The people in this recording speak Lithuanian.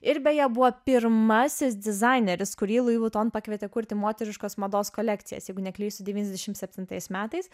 ir beje buvo pirmasis dizaineris kurį louis vuitton pakvietė kurti moteriškos mados kolekcijas jeigu neklystu devyniasdešimt septintais metais